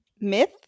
myth